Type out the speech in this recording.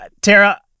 Tara